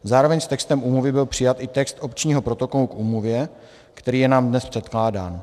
Zároveň s textem úmluvy byl přijat i text opčního protokolu k úmluvě, který je nám dnes předkládán.